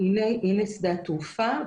הנה שדה התעופה.